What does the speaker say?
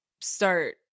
start